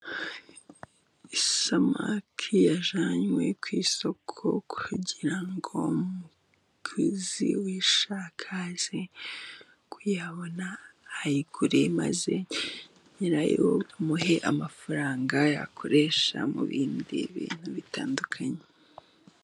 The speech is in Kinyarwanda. Isamaki yajyanywe ku isoko kugira ngo umuguzi uyishaka aze kuyibona ayigure, maze nyirayo bamuhe amafaranga yakoresha mu bindi bintu bitandukanye.